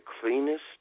cleanest